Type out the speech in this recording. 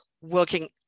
working